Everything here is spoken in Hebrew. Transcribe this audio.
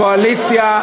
קואליציה,